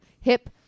Hip